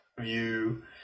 view